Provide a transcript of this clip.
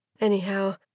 Anyhow